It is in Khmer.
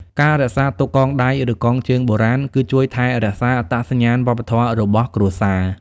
ការរក្សាទុកកងដៃឬកងជើងបុរាណ គឺជួយថែរក្សា អត្តសញ្ញាណវប្បធម៌ របស់គ្រួសារ។